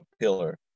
pillar